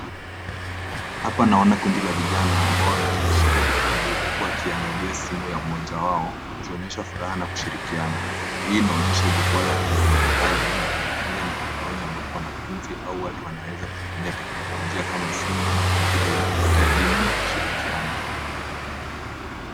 Hapa naona kundi la vijana ambao wameshika vitabu huku wakiangalia simu ya mmoja wao wakionyesha furaha na kushirikiana. Hii inaonyesha jukwaa la kidijitali la kujifunza mtandaoni ambapo wanafunzi au watu wanaweza kutumia teknolojia kama simu na kompyuta kupata elimu na kushirikiana.